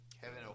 Kevin